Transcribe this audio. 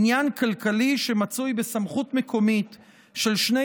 עניין כלכלי שמצוי בסמכות מקומית של שני